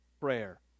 prayer